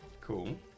cool